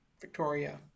Victoria